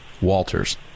Walters